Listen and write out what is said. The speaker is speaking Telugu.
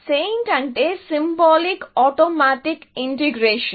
సెయింట్ అంటే సింబాలిక్ ఆటోమేటిక్ ఇంటిగ్రేషన్